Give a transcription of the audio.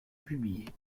publiées